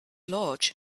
large